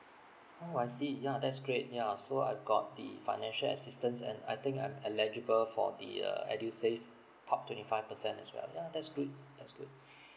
oh I see yeah that's great yeah so I've got the financial assistance and I think I'm eligible for the uh edusave top twenty five percent as well yeah that's good that's good